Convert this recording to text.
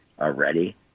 already